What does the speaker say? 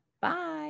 Bye